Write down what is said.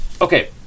Okay